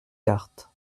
cartes